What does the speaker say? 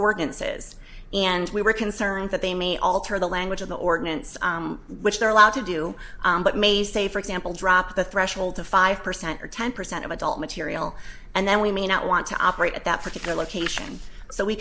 organises and we were concerned that they may alter the language of the ordinance which they're allowed to do but may say for example drop the threshold of five percent or ten percent of adult material and then we may not want to operate at that particular location so we